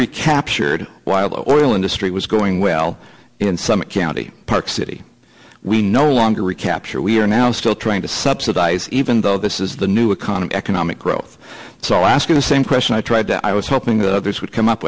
recaptured while the oil industry was going well in summit county park city we no longer recapture we are now still trying to subsidize even though this is the new economy economic growth so i ask the same question i tried to i was hoping that others would come up